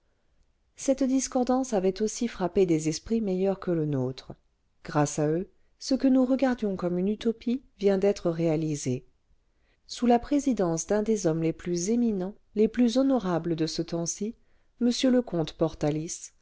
cette discordance avait aussi frappé des esprits meilleurs que le nôtre grâce à eux ce que nous regardions comme une utopie vient d'être réalisé sous la présidence d'un des hommes les plus éminents les plus honorables de ce temps-ci m le comte